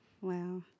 Wow